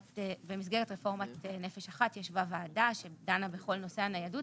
במסגרת רפורמת בנפש אחל ישבה ועדה שדנה בכל נושא הניידות